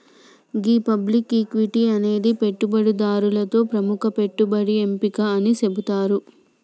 గీ public equity అనేది పెట్టుబడిదారులతో ప్రముఖ పెట్టుబడి ఎంపిక అని సెబుతారు